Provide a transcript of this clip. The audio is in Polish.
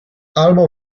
albo